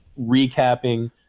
recapping